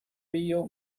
rio